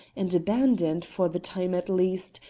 and abandoned, for the time at least,